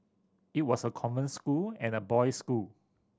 it was a convent school and a boys school